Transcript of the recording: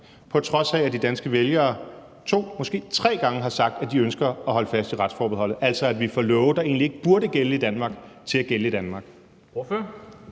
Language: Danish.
på trods af at de danske vælgere to og måske tre gange har sagt, at de ønsker at holde fast i retsforbeholdet – at vi altså får love, der egentlig ikke burde gælde i Danmark, til at gælde i Danmark. Kl.